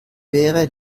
wäre